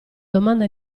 domanda